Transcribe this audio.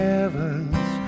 Heaven's